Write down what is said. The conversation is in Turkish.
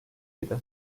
idi